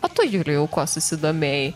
o tu julijau kuo susidomėjai